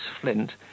flint